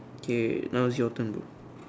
okay now is your turn bro